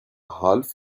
half